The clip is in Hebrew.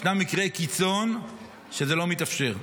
ישנם מקרי קיצון שזה לא מתאפשר.